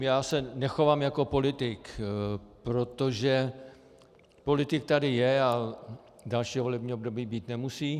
Já se nechovám jako politik, protože politik tady je a další volební období být nemusí.